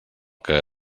que